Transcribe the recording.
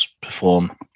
perform